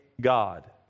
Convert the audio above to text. God